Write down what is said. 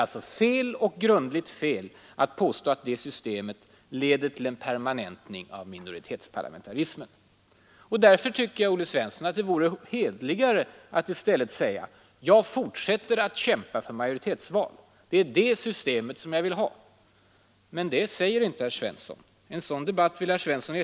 Det är i grunden fel att påstå att det systemet leder till en ”permanentning av minoritetsparlamentarismen”. Jag tycker därför, herr Svensson, att det vore hederligare att i stället säga: jag fortsätter att kämpa för majoritetsval; det är det systemet jag vill ha. Men det säger inte Olle Svensson. En sådan debatt vill han inte gå in i.